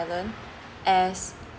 talent as